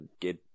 get